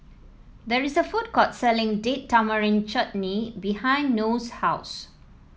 there's a food court selling Date Tamarind Chutney behind Noe's house